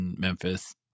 Memphis